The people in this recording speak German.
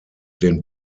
den